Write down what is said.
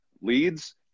leads